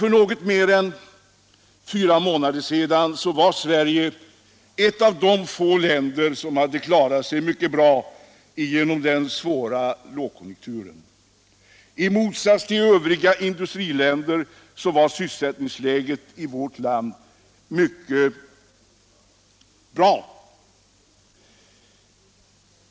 För något mer än fyra månader sedan var Sverige ett av de få länder som hade klarat sig mycket bra genom den svåra lågkonjunkturen. I motsats till övriga industriländer var sysselsättningsläget i vårt land mycket bra.